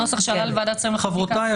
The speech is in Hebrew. הנוסח שעלה לוועדת שרים לחקיקה.